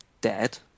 dead